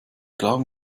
glauben